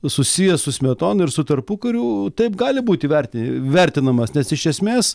susijęs su smetona ir su tarpukariu taip gali būti verti vertinamas nes iš esmės